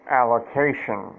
allocation